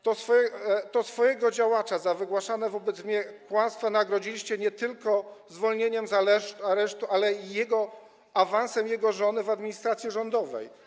To swojego działacza za wygłaszane wobec mnie kłamstwa nagrodziliście nie tylko zwolnieniem z aresztu, ale i awansem jego żony w administracji rządowej.